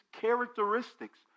characteristics